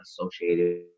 associated